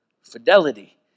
Fidelity